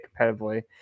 competitively